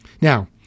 Now